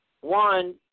One